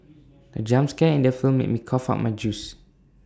the jump scare in the film made me cough out my juice